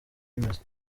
bimeze